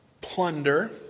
plunder